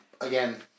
again